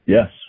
Yes